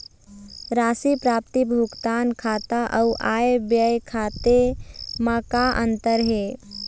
राशि प्राप्ति भुगतान खाता अऊ आय व्यय खाते म का अंतर हे?